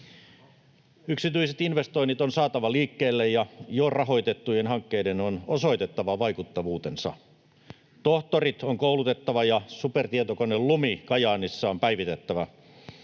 Yksityiset investoinnit on saatava liikkeelle, ja jo rahoitettujen hankkeiden on osoitettava vaikuttavuutensa. Tohtorit on koulutettava, ja supertietokone Lumi Kajaanissa on päivitettävä.